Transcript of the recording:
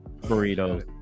burrito